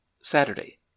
Saturday